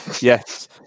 yes